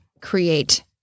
create